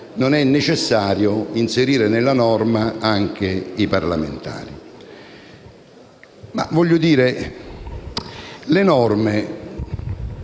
non è necessario inserire nella norma anche i parlamentari.